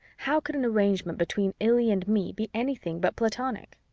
how could an arrangement between illy and me be anything but platonic?